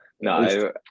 No